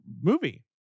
movie